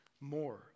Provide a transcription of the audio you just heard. more